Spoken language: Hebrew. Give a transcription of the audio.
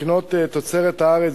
לקנות תוצרת הארץ,